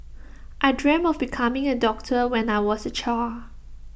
I dreamt of becoming A doctor when I was A child